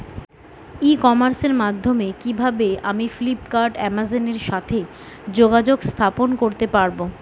ই কমার্সের মাধ্যমে কিভাবে আমি ফ্লিপকার্ট অ্যামাজন এর সাথে যোগাযোগ স্থাপন করতে পারব?